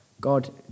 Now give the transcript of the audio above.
God